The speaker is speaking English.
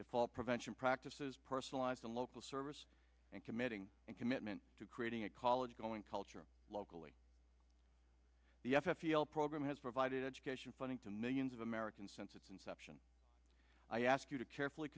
paul prevention practices personalized the local service and committing and commitment to creating a college going culture locally the f t l program has provided education funding to millions of americans since its inception i ask you to carefully